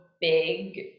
big